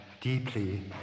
deeply